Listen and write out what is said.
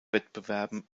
wettbewerben